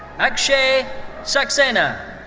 akshay saxena.